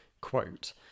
quote